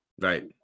Right